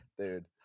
dude